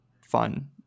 fun